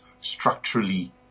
structurally